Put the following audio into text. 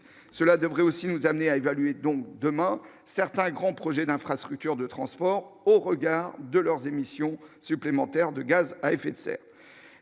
cela devrait aussi nous amener à évaluer donc demain, certains grands projets d'infrastructures de transport au regard de leurs émissions supplémentaires de gaz à effet de serre,